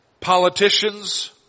politicians